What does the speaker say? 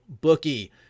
bookie